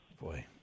Boy